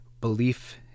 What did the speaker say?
belief